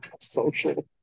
Social